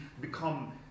become